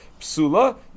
psula